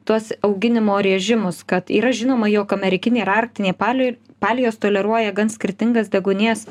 tuos auginimo režimus kad yra žinoma jog amerikinė ir arktinė palij palijos toleruoja gan skirtingas deguonies